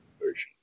version